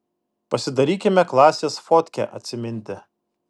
pasidarykime klasės fotkę atsiminti